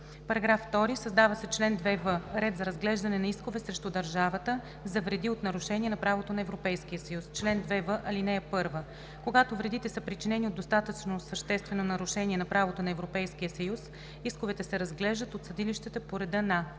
§ 2: „§ 2. Създава се чл. 2в: „Ред за разглеждане на искове срещу държавата за вреди от нарушение на правото на Европейския съюз. Чл. 2в. (1) Когато вредите са причинени от достатъчно съществено нарушение на правото на Европейския съюз, исковете се разглеждат от съдилищата по реда на: